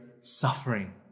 suffering